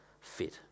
fit